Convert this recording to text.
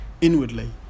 inwardly